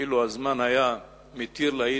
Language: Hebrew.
אילו הזמן היה מתיר לי,